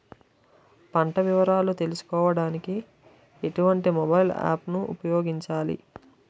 పంట వివరాలు తెలుసుకోడానికి ఎటువంటి మొబైల్ యాప్ ను ఉపయోగించాలి?